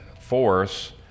force